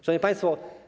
Szanowni Państwo!